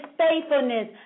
faithfulness